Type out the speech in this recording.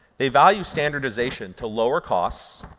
they value standardization to lower costs,